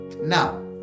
Now